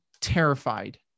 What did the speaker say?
terrified